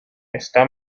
está